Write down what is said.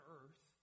earth